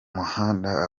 muhanda